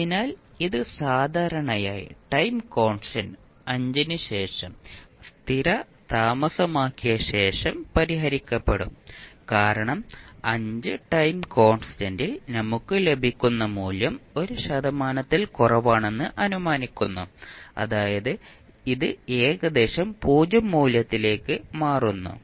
അതിനാൽ ഇത് സാധാരണയായി ടൈം കോൺസ്റ്റന്റ് 5 ശേഷം സ്ഥിരതാമസമാക്കിയ ശേഷം പരിഹരിക്കപ്പെടും കാരണം 5 ടൈം കോൺസ്റ്റന്റ്ൽ നമുക്ക് ലഭിക്കുന്ന മൂല്യം 1 ശതമാനത്തിൽ കുറവാണെന്ന് അനുമാനിക്കുന്നു അതായത് ഇത് ഏകദേശം 0 മൂല്യത്തിലേക്ക് മാറുന്നു